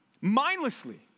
Mindlessly